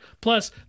plus